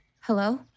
Hello